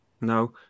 no